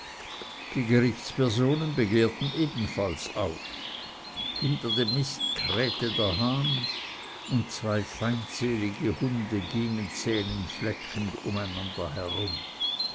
die gerichtspersonen begehrten ebenfalls auf hinter dem mist krähte der hahn und zwei feindselige hunde gingen zähnefletschend um einander herum